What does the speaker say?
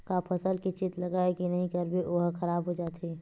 का फसल के चेत लगय के नहीं करबे ओहा खराब हो जाथे?